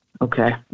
Okay